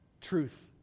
truth